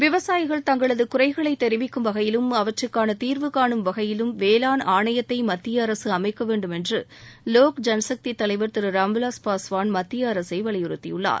விவசாயிகள் தங்களது குறைகளை தெரிவிக்கும் வகையிலும் அவற்றிக்காள தீர்வு காணும் வகையிலும் வேளான் ஆணையத்தை மத்திய அரசு அளமக்க வேண்டும் என்று லோக் ஜன்சக்தி தலைவர் திரு ராம் விலாஸ் பாஸ்வான் மத்திய அரசை வலியுறுத்தியுள்ளார்